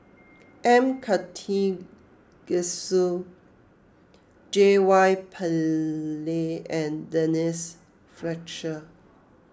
M Karthigesu J Y Pillay and Denise Fletcher